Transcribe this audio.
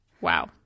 wow